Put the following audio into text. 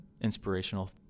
inspirational